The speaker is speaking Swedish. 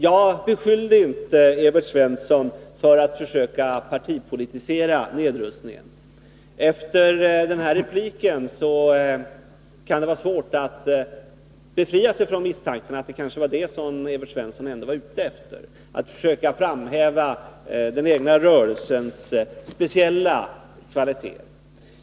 Jag beskyllde inte Evert Svensson för att försöka partipolitisera nedrustningsfrågorna, men efter hans replik är det svårt att befria sig från misstanken att det som Evert Svensson var ute efter ändå var att försöka framhäva den egna rörelsens speciella kvaliteter.